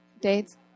dates